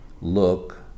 look